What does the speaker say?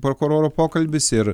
prokuroro pokalbis ir